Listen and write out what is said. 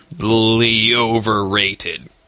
overrated